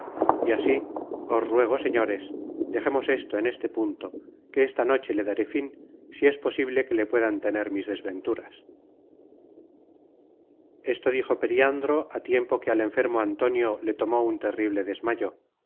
y así os ruego señores dejemos esto en este punto que esta noche le daré fin si es posible que le puedan tener mis desventuras esto dijo periandro á tiempo que al enfermo antonio le tomó un terrible desmayo